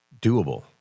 doable